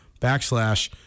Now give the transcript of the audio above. backslash